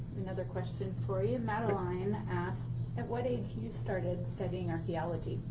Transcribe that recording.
another question for you, madeline asks, at what age you started studying archeology?